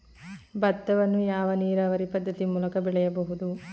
ಭತ್ತವನ್ನು ಯಾವ ನೀರಾವರಿ ಪದ್ಧತಿ ಮೂಲಕ ಬೆಳೆಯಬಹುದು?